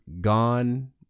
gone